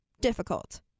difficult